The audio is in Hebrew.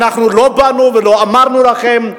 לא באנו ולא אמרנו לכם,